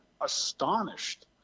astonished